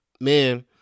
man